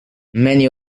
many